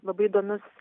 labai įdomius